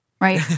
Right